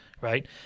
right